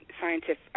scientific